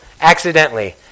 accidentally